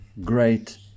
great